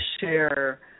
share